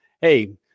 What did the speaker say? Hey